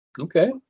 Okay